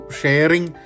sharing